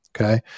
Okay